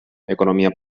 economia